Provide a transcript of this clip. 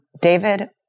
David